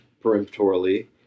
peremptorily